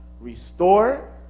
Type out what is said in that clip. restore